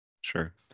Sure